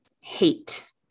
hate